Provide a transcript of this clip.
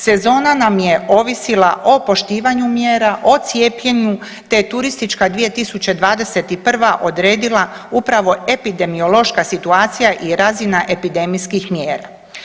Sezona nam je ovisila o poštivanju mjera, o cijepljenju te je turistička 2021. odredila upravo epidemiološka situacija i razina epidemijskih mjera.